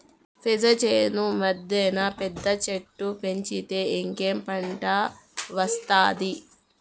పెసర చేను మద్దెన పెద్ద చెట్టు పెంచితే ఇంకేం పంట ఒస్తాది